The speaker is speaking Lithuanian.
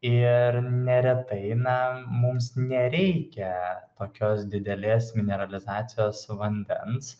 ir neretai na mums nereikia tokios didelės mineralizacijos vandens